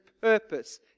purpose